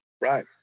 Right